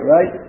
Right